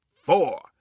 four